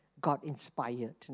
God-inspired